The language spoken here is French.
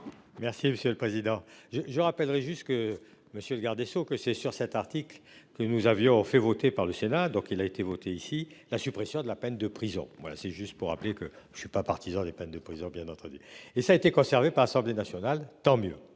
Merci monsieur le président je je rappellerai juste que monsieur le garde des Sceaux que c'est sur cet article que nous avions fait voter par le Sénat, donc il a été voté ici la suppression de la peine de prison. Voilà c'est juste pour rappeler que je ne suis pas partisan des peines de prison bien d'autres et ça a été conservé par l'Assemblée nationale. Tant mieux.